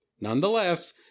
Nonetheless